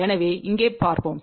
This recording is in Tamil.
எனவே இங்கே பார்ப்போம்